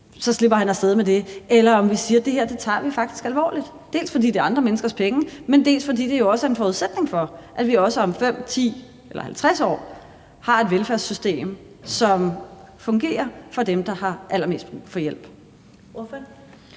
det slipper han så af sted med, eller om vi siger, at vi faktisk tager det her alvorligt, dels fordi det er andre menneskers penge, dels fordi det jo også er en forudsætning for, at vi også om 5, 10 eller 50 år har et velfærdssystem, som fungerer, for dem, der har allermest brug for hjælp.